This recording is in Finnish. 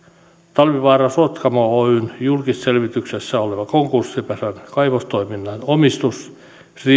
talvivaara sotkamo oyn julkisselvityksessä olevan konkurssipesän kaivostoiminnan omistus